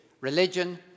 religion